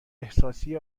احساسی